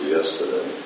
yesterday